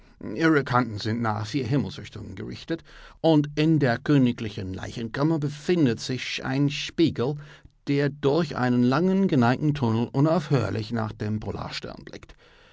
kanten sind nach den vier himmelsrichtungen gerichtet und in der königlichen leichenkammer befindet sich ein spiegel der durch einen langen geneigten tunnel unaufhörlich nach dem polarstern blickt